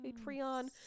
Patreon